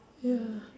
ya